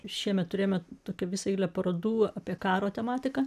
šiemet turėjome tokią visą eilę parodų apie karo tematiką